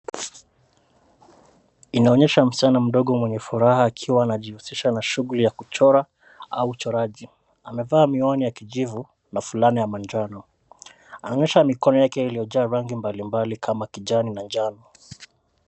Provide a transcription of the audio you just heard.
Inaonyesha msichana mdogo mwenye furaha akiwa anajihusisha hughulisha na kuchora au uchoraji. Amevaa miwani ya kijivu na fulana ya manjano. Anaonyesha mikono yake iliyojaa rangi mbalimbali, kama kijani na njano.